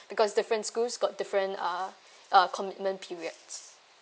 because different schools got different uh uh commitment periods